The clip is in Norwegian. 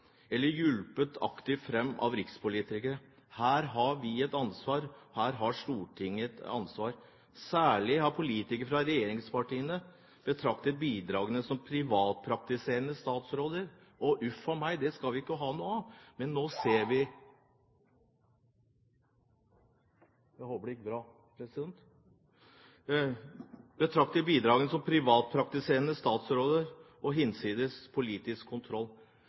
eller hjulpet aktivt fram av rikspolitikerne. Her har vi et ansvar, her har Stortinget et ansvar. Særlig har politikere fra regjeringspartiene betraktet bidragene som «privatpraktiserende statsråder» – og uff a meg, det skal vi ikke ha noe av – hinsides politisk kontroll. Nå virker det